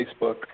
Facebook